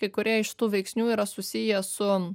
kai kurie iš tų veiksnių yra susiję su